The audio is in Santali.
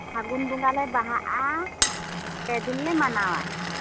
ᱯᱷᱟᱹᱜᱩᱱ ᱵᱚᱸᱜᱟᱞᱮ ᱵᱟᱦᱟᱜᱼᱟ ᱯᱮ ᱫᱤᱱ ᱞᱮ ᱢᱟᱱᱟᱣᱟ